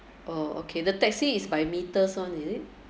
orh okay the taxi is by meters one is it